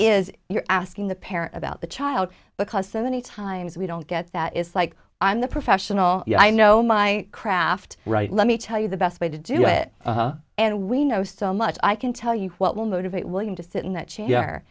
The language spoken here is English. is you're asking the parent about the child because so many times we don't get that it's like i'm the professional i know my craft right let me tell you the best way to do it and we know so much i can tell you what will motivate william to sit in that chair